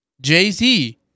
Jay-Z